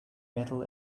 metal